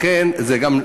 לכן זה גם,